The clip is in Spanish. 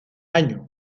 año